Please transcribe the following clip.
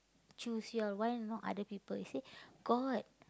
choose you all why not other people they say got